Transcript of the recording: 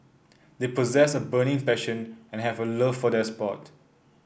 they possess a burning passion and have a love for their sport